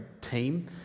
team